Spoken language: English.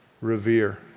revere